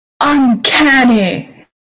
Uncanny